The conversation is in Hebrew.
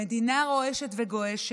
המדינה רועשת וגועשת,